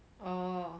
orh